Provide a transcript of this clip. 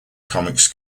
comics